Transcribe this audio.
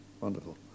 wonderful